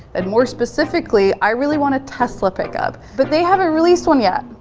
and more specifically, i really want a tesla pickup but they haven't released one yet.